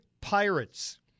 Pirates